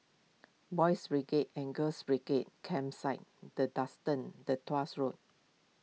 Boys' Brigade and Girls' Brigade Campsite the Duxton the Tuahs Road